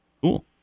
Cool